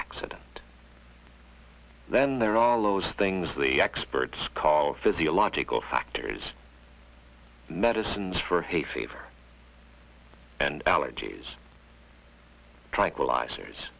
accident then there are loads of things the experts call physiological factors medicines for hay fever and allergies tranquilizers